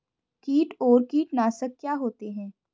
कीट और कीटनाशक क्या होते हैं?